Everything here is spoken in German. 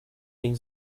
den